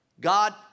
God